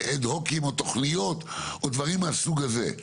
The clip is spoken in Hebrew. ad hoc או תוכניות או דברים מהסוג הזה,